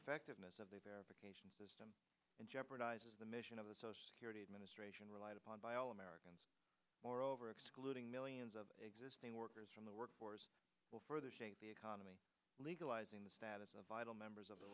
effectiveness of the verification system and jeopardizes the mission of the social security administration relied upon by all americans moreover excluding millions of existing workers from the workforce will further shape the economy legalizing the status of vital members of the